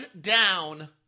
down